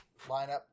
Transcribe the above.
lineup